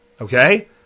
Okay